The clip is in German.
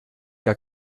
gar